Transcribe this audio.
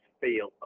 feel